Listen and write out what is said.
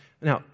now